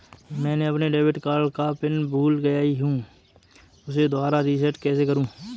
मैंने अपने debit card का पिन भूल गई, उसे दोबारा रीसेट कैसे करूँ?